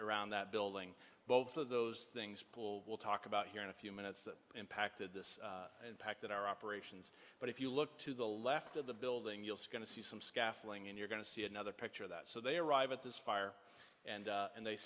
around that building both of those things people will talk about here in a few minutes that impacted this impact that our operations but if you look to the left of the building you'll see going to see some scaffolding and you're going to see another picture that so they arrive at this fire and and they